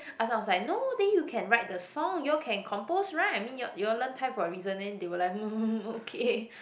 Ah-Chong was like no then you can write the song you all can compose right I mean you're you're learn Thai for a reason then they were like okay